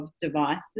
devices